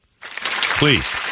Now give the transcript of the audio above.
Please